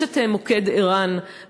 יש מוקד ער"ן,